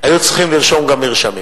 היו צריכים לרשום גם מרשמים.